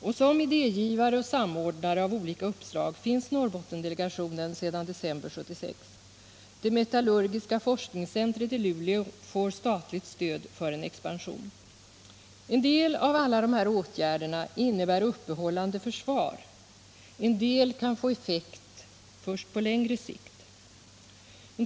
Och som idégivare och samordnare av olika uppslag finns Norrbottendelegationen sedan december 1976. Det metallurgiska forskningscentret i Luleå får statligt stöd för en expansion. En del av alla de här åtgärderna innebär uppehållande försvar, en del kan få effekt först på längre sikt.